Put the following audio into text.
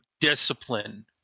discipline